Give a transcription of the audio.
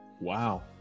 wow